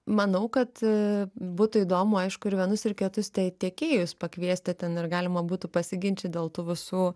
manau kad būtų įdomu aišku ir vienus ir kitus tai tiekėjus pakviesti ten ir galima būtų pasiginčyt dėl tų visų